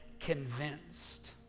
convinced